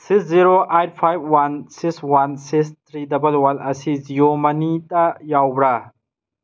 six zero eight five one six one six three double one ꯑꯁꯤ ꯖꯤꯌꯣ ꯃꯅꯤꯗ ꯌꯥꯎꯕ꯭ꯔꯥ